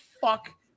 fuck